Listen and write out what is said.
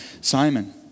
Simon